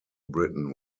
britain